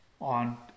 on